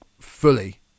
fully